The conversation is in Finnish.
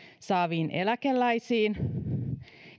saaviin eläkeläisiin